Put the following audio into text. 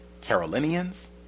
Carolinians